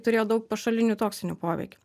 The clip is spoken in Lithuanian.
turėjo daug pašalinių toksinių poveikių